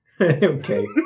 Okay